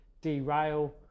derail